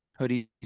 Hoodies